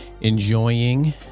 enjoying